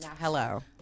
Hello